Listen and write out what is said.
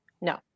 No